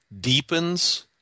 deepens